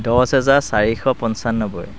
দহ হেজাৰ চাৰিশ পঁচানব্বৈ